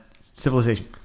civilization